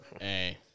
Hey